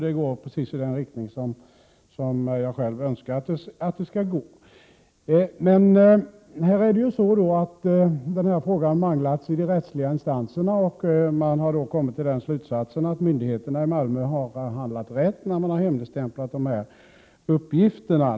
Det går i den riktning som jag önskar att frågan skall utvecklas. Den här frågan har manglats i de rättsliga instanserna, och där har man kommit till slutsatsen att myndigheterna i Malmö har handlat rätt när de har hemligstämplat de här uppgifterna.